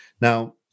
Now